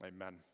Amen